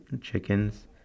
chickens